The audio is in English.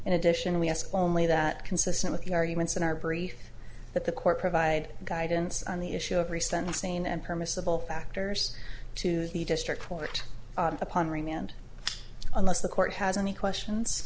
in addition we ask only that consistent with the arguments in our brief that the court provide guidance on the issue of recent sane and permissible factors to the district court upon remain and unless the court has any questions